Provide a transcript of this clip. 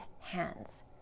hands